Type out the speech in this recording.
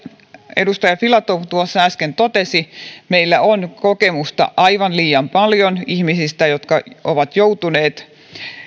edustaja filatov tuossa äsken totesi meillä on aivan liian kokemusta paljon ihmisistä jotka ovat joutuneet